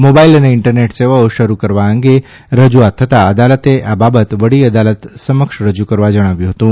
mobile અને internet સેવાઓ શરૂ કરવા અંગે રજૂઆત થતાં અદાલતે આ બાબત વડી અદાલત સમક્ષ રજૂ કરવા જણાવ્યું હતું